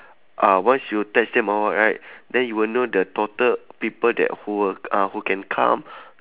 ah once you text them all right then you will know the total people that who will uh who can come